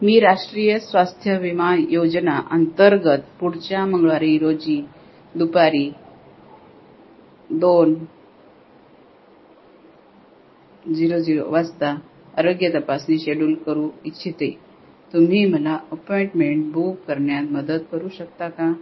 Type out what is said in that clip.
मी राष्ट्रीय स्वास्थ्य विमा योजना अंतर्गत पुढच्या मंगळवारी रोजी दुपारी दोन झिरो झिरो वासता आरोग्य तपासणी शेड्युल करू इच्छिते तुम्ही मला अप्पॉइंटमेंट बूक करन्यान मदत करू शकता का